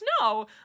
no